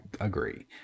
agree